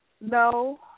No